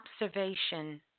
observation